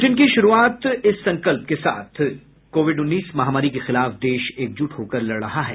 bulletin की शुरूआत से पहले ये संकल्प कोविड उन्नीस महामारी के खिलाफ देश एकजुट होकर लड़ रहा है